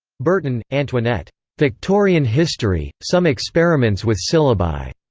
burton, antoinette victorian history some experiments with syllabi.